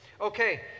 Okay